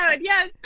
Yes